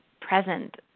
present